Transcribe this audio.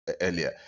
earlier